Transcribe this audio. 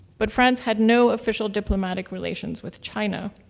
but france had no official diplomatic relations with china.